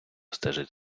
стежить